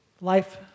Life